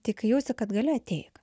tai kai jausi kad gali ateik